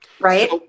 right